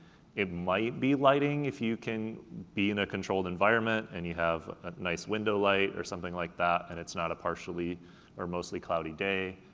it might be lighting, if you can be in a controlled environment and you have a nice window light or something like that and it's not a partially or mostly cloudy day,